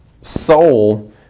Soul